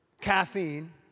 caffeine